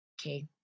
Okay